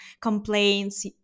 complaints